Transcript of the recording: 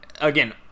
again